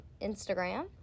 instagram